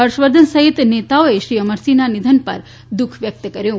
હર્ષવર્ધન સહિતના નેતાઓએ શ્રી અમરસિંહના નિધન પર દુઃખ વ્યક્ત કર્યું છે